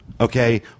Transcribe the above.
Okay